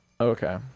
Okay